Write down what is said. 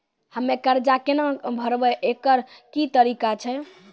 हम्मय कर्जा केना भरबै, एकरऽ की तरीका छै?